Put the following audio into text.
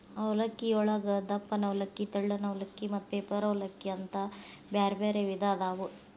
ಅವಲಕ್ಕಿಯೊಳಗ ದಪ್ಪನ ಅವಲಕ್ಕಿ, ತೆಳ್ಳನ ಅವಲಕ್ಕಿ, ಮತ್ತ ಪೇಪರ್ ಅವಲಲಕ್ಕಿ ಅಂತ ಬ್ಯಾರ್ಬ್ಯಾರೇ ವಿಧ ಅದಾವು